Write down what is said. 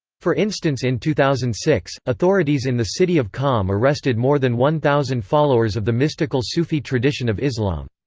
for instance in two thousand and six, authorities in the city of qom arrested more than one thousand followers of the mystical sufi tradition of islam.